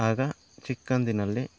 ಆಗ ಚಿಕ್ಕಂದಿನಲ್ಲಿ